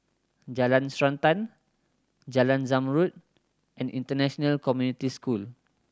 Jalan Srantan Jalan Zamrud and International Community School